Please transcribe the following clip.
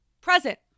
Present